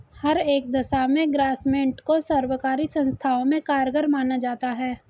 हर एक दशा में ग्रास्मेंट को सर्वकारी संस्थाओं में कारगर माना जाता है